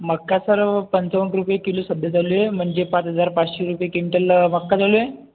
मका सर पंचावन्न रुपये किलो सध्या चालू आहे म्हणजे पाच हजार पाचशे रुपये क्विंटलला मका चालू आहे